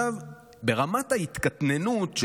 ברמת ההתקטננות,